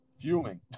fuming